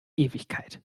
ewigkeit